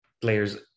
players